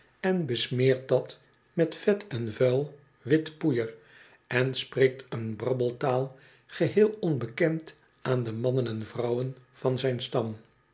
en besmeert dat met vet en vuil wit poeier en spreekt een brabbeltaal geheel onbekend aan de mannen en vrouwen van zijn stam